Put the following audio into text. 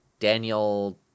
Daniel